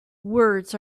words